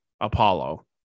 Apollo